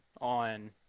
on